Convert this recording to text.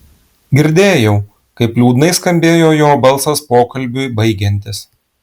girdėjau kaip liūdnai skambėjo jo balsas pokalbiui baigiantis